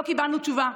לא קיבלנו תשובה.